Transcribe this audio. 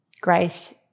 Grace